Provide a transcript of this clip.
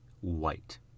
White